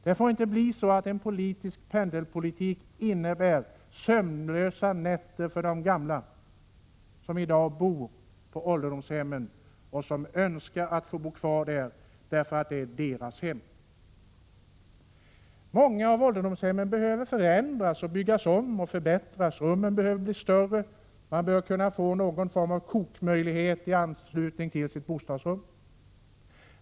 Det får inte bli så att en politisk pendelpolitik innebär sömnlösa nätter för de gamla som i dag bor på ålderdomshem och som önskar få bo kvar där därför att det är deras hem. Många av ålderdomshemmen behöver förändras, byggas om och förbättras — rummen behöver bli större och man bör kunna få någon form av kokmöjlighet i anslutning till sitt bostadsrum.